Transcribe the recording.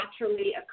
naturally